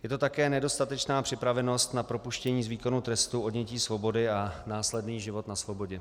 Je to také nedostatečná připravenost na propuštění z výkonu trestu odnětí svobody a následný život na svobodě.